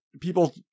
People